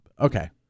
okay